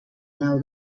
nau